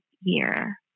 year